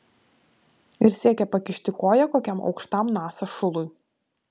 ir siekia pakišti koją kokiam aukštam nasa šului